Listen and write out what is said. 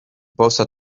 possa